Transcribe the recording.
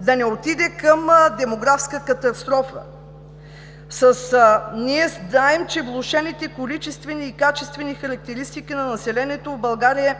да не отиде към демографска катастрофа. Ние знаем, че влошените количествени и качествени характеристики на населението в България